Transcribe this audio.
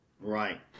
right